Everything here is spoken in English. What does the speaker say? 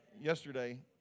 yesterday